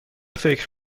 فکر